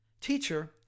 Teacher